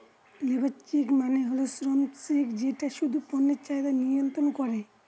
labour check মানে হল শ্রম চেক যেটা কিছু পণ্যের চাহিদা মিয়ন্ত্রন করে